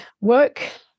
work